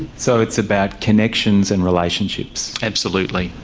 so it's about connections and relationships? absolutely,